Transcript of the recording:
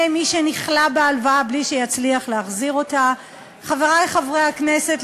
היושב-ראש, חברי חברי הכנסת,